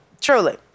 Truly